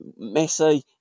Messi